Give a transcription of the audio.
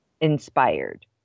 inspired